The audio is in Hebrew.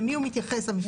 למי הוא מתייחס המפקד הזה?